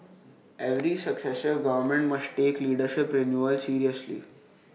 every successive government must take leadership renewal seriously